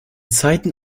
zeiten